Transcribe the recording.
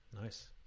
Nice